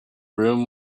room